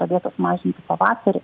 pradėtos mažinti pavasarį